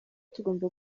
tugomba